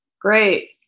great